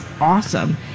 awesome